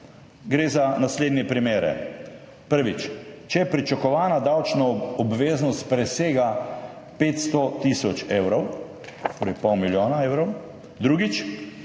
Gre za naslednje primere. Prvič, če pričakovana davčna obveznost presega 500 tisoč evrov, torej pol milijona evrov, drugič,